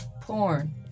porn